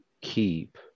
keep